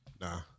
Nah